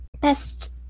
best